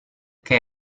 che